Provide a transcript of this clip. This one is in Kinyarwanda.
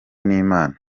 n’imana